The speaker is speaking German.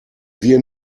wir